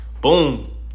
boom